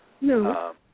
No